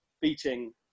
beating